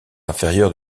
inférieure